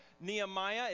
Nehemiah